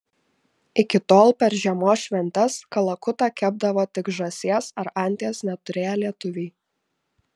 iki tol per žiemos šventes kalakutą kepdavo tik žąsies ar anties neturėję lietuviai